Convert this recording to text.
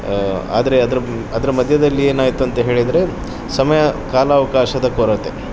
ಆದರೆ ಅದರ ಅದರ ಮಧ್ಯದಲ್ಲಿ ಏನಾಯಿತಂತ ಹೇಳಿದರೆ ಸಮಯ ಕಾಲಾವಕಾಶದ ಕೊರತೆ